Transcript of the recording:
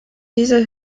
dieser